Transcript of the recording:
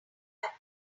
had